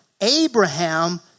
Abraham